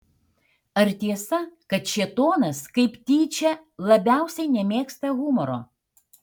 ar tiesa kad šėtonas kaip tyčia labiausiai nemėgsta humoro